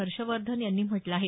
हर्षवर्धन यांनी म्हटलं आहे